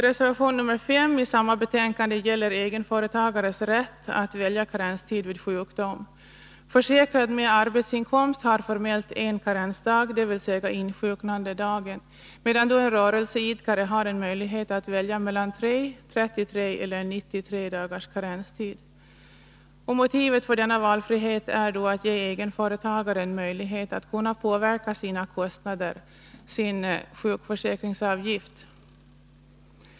Reservation 5 i samma betänkande gäller egenföretagares rätt att välja karenstid vid sjukdom. Försäkrad med arbetsinkomst har formellt en karensdag, dvs. insjuknandedagen, medan då en rörelseidkare har en möjlighet att välja mellan 3, 33 eller 93 dagars karenstid. Motivet för denna valfrihet är att ge egenföretagaren möjlighet att påverka sina kostnader, sin sjukförsäkringsavgift.